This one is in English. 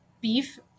beef